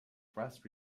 thrust